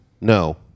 No